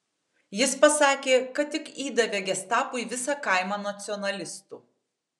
jis pasakė kad tik įdavė gestapui visą kaimą nacionalistų